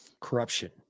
corruption